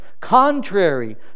contrary